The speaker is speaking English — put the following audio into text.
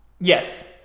yes